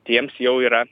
tiems jau yra